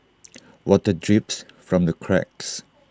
water drips from the cracks